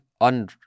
on